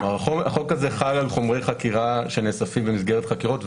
החוק הזה חל על חומרי חקירה שנאספים במסגרת חקירות,